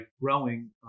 growing